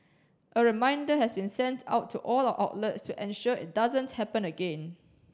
a reminder has been sent out to all our outlets to ensure it doesn't happen again